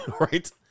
Right